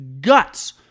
guts